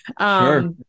Sure